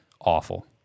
awful